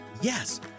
Yes